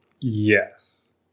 Yes